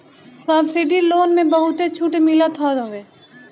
subsidy loan में बहुते छुट मिलत हवे